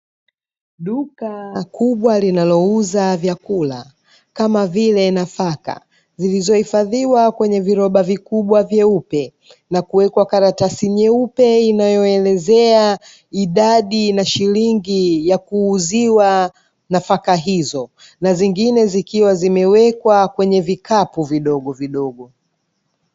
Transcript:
Duka kubwa linalouza vyakula kama vile nafaka zilizohifadhiwa kwenye viroba vikubwa vyeupe na kuwekwa karatasi nyeupe inayoelezea idadi na shilingi ya kuuziwa nafaka hizo, na zingine zikiwa zimewekwa kwenye vikapu vidogovidogo.